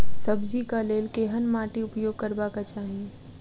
सब्जी कऽ लेल केहन माटि उपयोग करबाक चाहि?